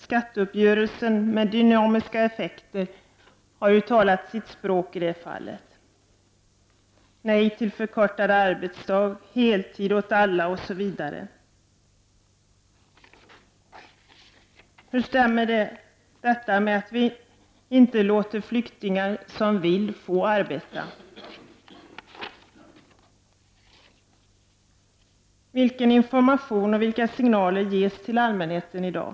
Skatteuppgörelsen och dess dynamiska effekter har talat sitt språk i det fallet: Nej till förkortad arbetsdag, heltid åt alla, osv. Hur stämmer detta med att vi inte låter flyktingar som vill få arbeta? Vilken information och vilka signaler ges till allmänheten i dag?